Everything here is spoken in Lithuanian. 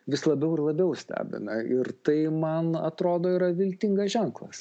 vis labiau ir labiau stebina ir tai man atrodo yra viltingas ženklas